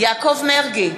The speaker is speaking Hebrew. יעקב מרגי,